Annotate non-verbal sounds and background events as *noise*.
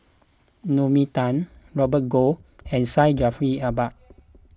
Naomi Tan Robert Goh and Syed Jaafar Albar *noise*